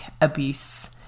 abuse